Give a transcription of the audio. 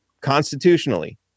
constitutionally